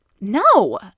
no